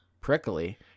Prickly